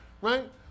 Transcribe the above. right